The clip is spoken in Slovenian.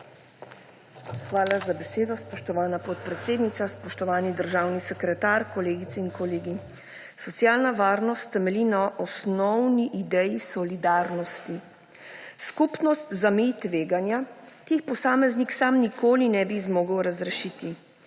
Hvala za besedo, spoštovana podpredsednica. Spoštovani državni sekretar! Kolegice in kolegi! Socialna varnost temelji na osnovni ideji solidarnosti. Skupnost zameji tveganja, ki jih posameznik sam nikoli ne bi zmogel razrešiti.